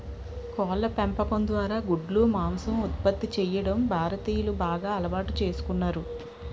కోళ్ళ పెంపకం ద్వారా గుడ్లు, మాంసం ఉత్పత్తి చేయడం భారతీయులు బాగా అలవాటు చేసుకున్నారు